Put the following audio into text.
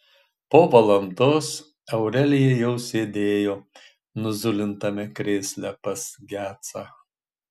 po valandos aurelija jau sėdėjo nuzulintame krėsle pas gecą